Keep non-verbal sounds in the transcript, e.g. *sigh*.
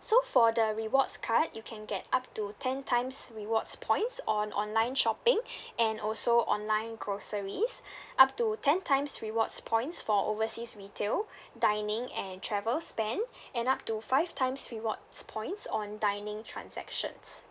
so for the rewards card you can get up to ten times rewards points on online shopping *breath* and also online groceries *breath* up to ten times rewards points for overseas retail dining and travel spend and up to five times rewards points on dining transactions